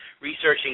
researching